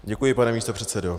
Děkuji, pane místopředsedo.